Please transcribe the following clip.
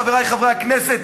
חברי חברי הכנסת,